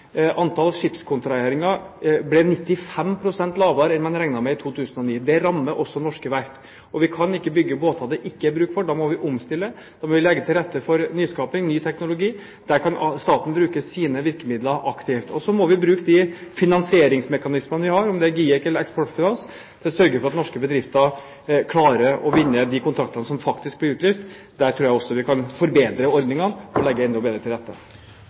ble 95 pst. lavere enn man regnet med i 2009. Det rammer også norske verft. Vi kan ikke bygge båter det ikke er bruk for. Da må vi omstille, da må vi legge til rette for nyskaping og ny teknologi. Der kan staten bruke sine virkemidler aktivt. Så må vi bruke de finansieringsmekanismene vi har – om det er GIEK eller Eksportfinans – for å sørge for at norske bedrifter klarer å vinne de kontraktene som faktisk blir utlyst. Der tror jeg også vi kan forbedre ordningene og legge enda bedre til rette.